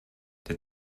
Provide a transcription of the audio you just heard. der